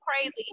crazy